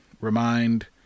remind